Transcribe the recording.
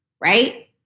Right